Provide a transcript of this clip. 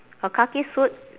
her khaki suit